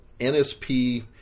NSP